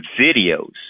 videos